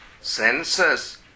senses